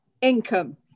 Income